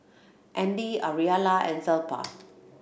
Andy Ariella and Zelpha